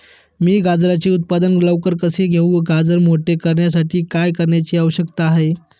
मी गाजराचे उत्पादन लवकर कसे घेऊ? गाजर मोठे करण्यासाठी काय करण्याची आवश्यकता आहे?